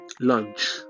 lunch